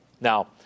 Now